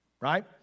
right